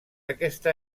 aquesta